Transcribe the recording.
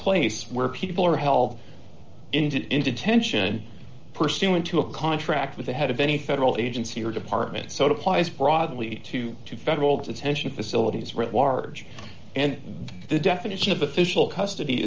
place where people are held in to in detention pursuant to a contract with the head of any federal agency or department so it applies broadly to two federal detention facilities were at large and the definition of official custody